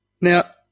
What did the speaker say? Now